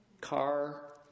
car